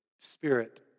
Spirit